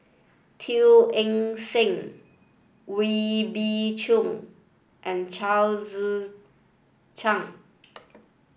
Teo Eng Seng Wee Beng Chong and Chao Tzee Cheng